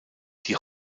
die